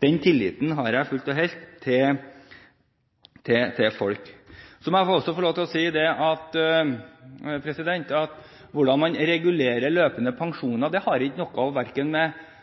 Den tilliten har jeg fullt og helt til folk. Så må jeg også få lov til å si at hvordan man regulerer løpende pensjoner har ikke noe å gjøre med